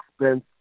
expense